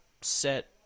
set